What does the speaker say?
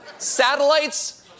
Satellites